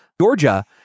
Georgia